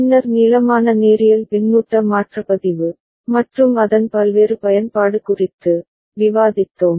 பின்னர் நீளமான நேரியல் பின்னூட்ட மாற்ற பதிவு மற்றும் அதன் பல்வேறு பயன்பாடு குறித்து விவாதித்தோம்